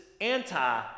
anti